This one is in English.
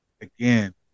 again